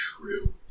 true